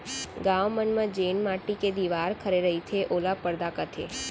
गॉंव मन म जेन माटी के दिवार खड़े रईथे ओला परदा कथें